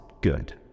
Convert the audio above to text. good